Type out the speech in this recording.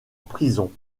prison